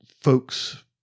folks